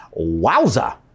Wowza